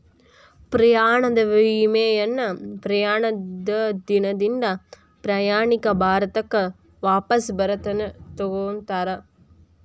ಪ್ರಯಾಣದ ವಿಮೆಯನ್ನ ಪ್ರಯಾಣದ ದಿನದಿಂದ ಪ್ರಯಾಣಿಕ ಭಾರತಕ್ಕ ವಾಪಸ್ ಬರತನ ತೊಗೋತಾರ